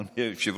אדוני היושב-ראש.